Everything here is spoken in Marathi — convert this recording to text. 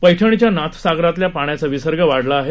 पैठणच्या नाथसागरातला पाण्याचा विसर्ग वाढवला आहे